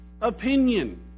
opinion